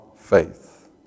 faith